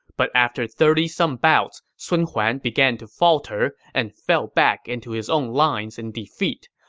but after thirty some bouts, sun huan began to falter and fell back into his own lines in defeat.